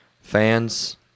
Fans